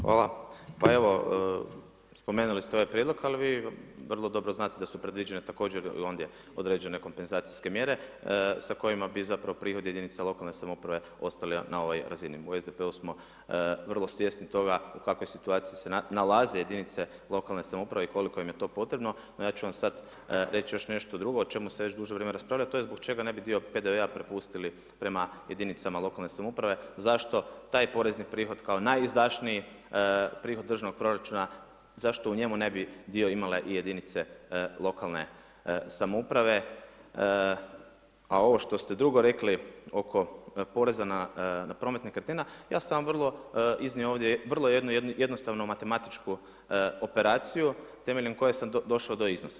Hvala, pa evo spomenuli ste ovaj prijedlog ali i vi vrlo dobro znate da su predviđene također i ondje određene kompenzacijske mjere sa kojima bi zapravo prihodi jedinica lokalne samouprave ostali na ovoj razini u SDP-u smo vrlo svjesni toga u kakvoj situaciji se nalaze jedinice lokalne samouprave i koliko im je to potrebno, no ja ću vam sad reći još nešto drugo o čemu se već duže vrijeme raspravlja to je zbog čega ne bi dio PDV-a prepustili prema jedinicama lokalne samouprave, zašto taj porezni prihod kao najizdašniji prihod državnog proračuna, zašto u njemu ne bi dio imale i jedinice lokalne samouprave, a ovo što ste drugo rekli oko poreza na promet nekretnina, ja sam vam vrlo iznio ovdje, vrlo jednu jednostavnu matematičku operaciju temeljem koje sam došao do iznosa.